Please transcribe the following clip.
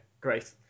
great